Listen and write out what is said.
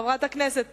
חברת הכנסת